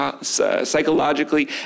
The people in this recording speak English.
psychologically